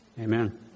Amen